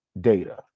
data